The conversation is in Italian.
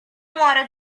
muore